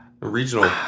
regional